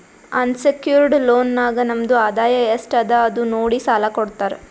unsecured loan ನಾಗ್ ನಮ್ದು ಆದಾಯ ಎಸ್ಟ್ ಅದ ಅದು ನೋಡಿ ಸಾಲಾ ಕೊಡ್ತಾರ್